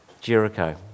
Jericho